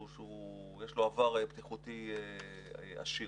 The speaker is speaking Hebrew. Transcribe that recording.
שיש לו עבר בטיחותי עשיר.